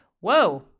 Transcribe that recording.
Whoa